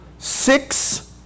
Six